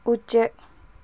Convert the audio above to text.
ꯎꯆꯦꯛ